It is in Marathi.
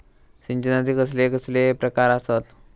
सिंचनाचे कसले कसले प्रकार आसत?